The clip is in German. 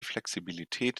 flexibilität